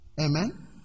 Amen